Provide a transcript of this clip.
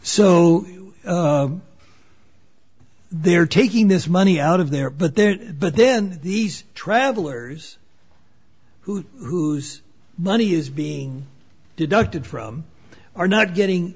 so they're taking this money out of there but there but then these travelers who whose money is being deducted from are not getting